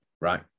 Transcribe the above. right